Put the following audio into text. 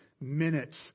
minutes